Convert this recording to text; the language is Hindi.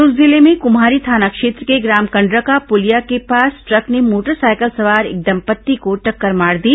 दुर्ग जिले में कुम्हारी थाना क्षेत्र के ग्राम कंडरका पुलिया के पास द्रक ने मोटर साइकिल सवार एक दंपत्ति को टक्कर मार दी